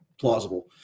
plausible